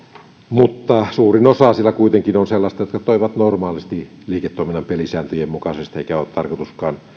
mutta suurin osa siellä kuitenkin on sellaisia jotka toimivat normaalisti liiketoiminnan pelisääntöjen mukaisesti eikä ole tarkoituskaan